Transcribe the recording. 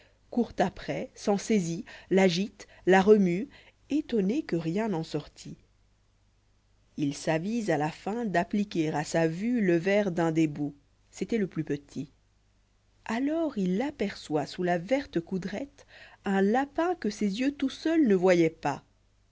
court après s'en saisit l'agite la remue étormé que rien n'en sortît il s'avise à la fin d'appliquer à sa vue le verre d'un des bouts c'était le plus petit alors il aperçoit sous la verte coudrette un lapin que ses yeux tout seuls ne voyoient pas